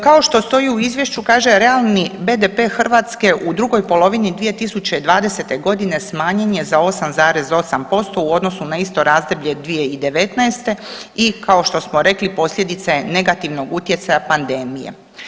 Kao što stoji u izvješću, kaže realni BDP Hrvatske u drugoj polovni 2020.g. smanjen je za 8,8% u odnosu na isto razdoblje 2019. i kao što smo rekli posljedica je negativnog utjecaja pandemije.